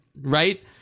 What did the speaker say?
Right